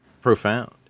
profound